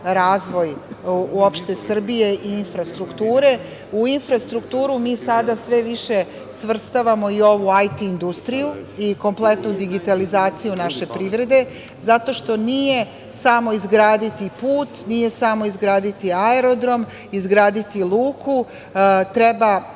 razvoj uopšte Srbije i infrastrukture.U infrastrukturu mi sada sve više svrstavamo i ovu IT industriju i kompletnu digitalizaciju naše privrede, zato što nije samo izgraditi put, nije samo izgraditi aerodrom, izgraditi luku, treba